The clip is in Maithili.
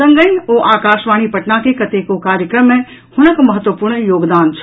संगहि ओ आकाशवाणी पटना के कतेको कार्यक्रम मे हुनक महत्वपूर्ण योगदान छल